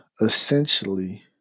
essentially